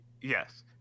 Yes